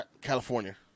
California